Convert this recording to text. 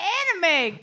anime